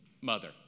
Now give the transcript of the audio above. Mother